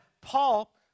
Paul